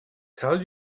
tell